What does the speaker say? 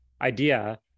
idea